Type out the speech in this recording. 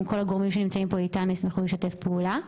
כל הגורמים שנמצאים כאן ישמחו לשתף פעולה.